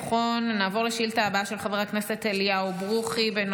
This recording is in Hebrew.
נעבור לשאילתה הבאה, של חבר הכנסת אליהו ברוכי.